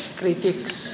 critics